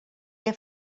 que